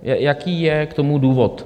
Jaký je k tomu důvod?